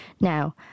Now